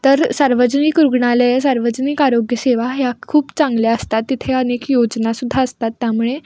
तर सार्वजनिक रुग्णालयं सार्वजनिक आरोग्यसेवा ह्या खूप चांगल्या असतात तिथे अनेक योजना सुद्धा असतात त्यामुळे